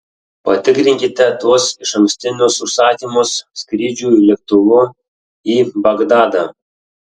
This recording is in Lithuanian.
patikrinkite tuos išankstinius užsakymus skrydžiui lėktuvu į bagdadą